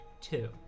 Two